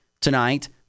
tonight